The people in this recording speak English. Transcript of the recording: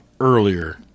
earlier